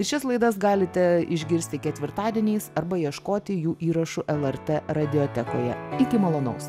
šias laidas galite išgirsti ketvirtadieniais arba ieškoti jų įrašus lrt radiotekoje iki malonaus